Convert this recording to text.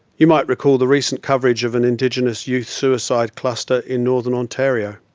you might recall the recent coverage of an indigenous youth suicide cluster in northern ontario.